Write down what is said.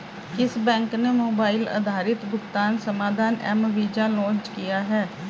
किस बैंक ने मोबाइल आधारित भुगतान समाधान एम वीज़ा लॉन्च किया है?